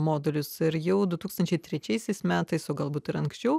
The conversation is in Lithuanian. modelius jau du tūkstančiai trečiaisiais metais o galbūt ir anksčiau